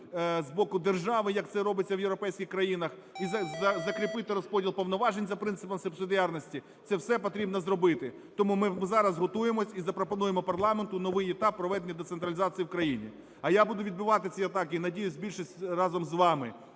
з боку держави, як це робиться в європейських країнах, і закріпити розподіл повноважень за принципомсубсидіарності. Це все потрібно зробити. Тому ми зараз готуємось і запропонуємо парламенту новий етап проведення децентралізації в країні. А я буду відбивати ці атаки - і, надіюсь, більшість разом з вами,